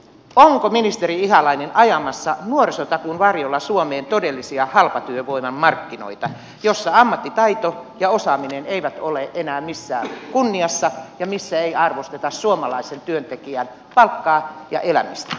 onko ministeri ihalainen ajamassa nuorisotakuun varjolla suomeen todellisia halpatyövoiman markkinoita joissa ammattitaito ja osaaminen eivät ole enää missään kunniassa ja joissa ei arvosteta suomalaisen työntekijän palkkaa ja elämistä